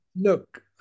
look